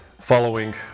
following